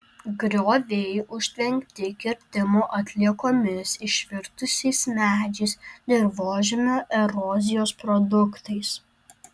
grioviai užtvenkti kirtimo atliekomis išvirtusiais medžiais dirvožemio erozijos produktais